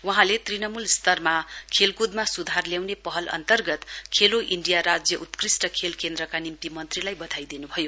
वहाँले तृणमूल स्तरमा खेलक्दमा स्धार ल्याउने पहल अन्तर्गत खेलो इण्डिया राज्य उत्कृष्ट खेल केन्द्रका निम्ति मन्त्रीलाई बधाई दिनुभयो